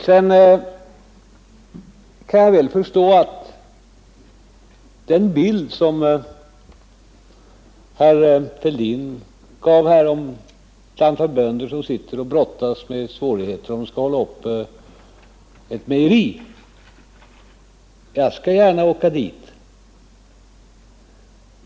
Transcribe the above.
Herr Fälldin gav en bild av ett antal bönder, som brottas med svårigheter att driva ett mejeri. Jag skall gärna åka dit.